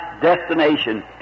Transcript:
destination